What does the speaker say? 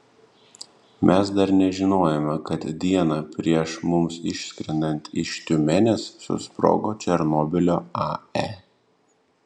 mes dar nežinojome kad dieną prieš mums išskrendant iš tiumenės susprogo černobylio ae